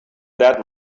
that